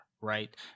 right